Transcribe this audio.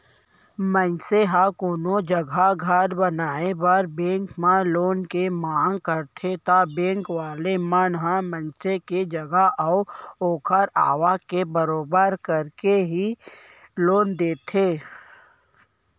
मनसे ह कोनो जघा घर बनाए बर बेंक म लोन के मांग करथे ता बेंक वाले मन ह मनसे के जगा अऊ ओखर आवक के बरोबर करके ही लोन देथे